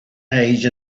age